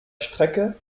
strecke